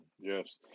Yes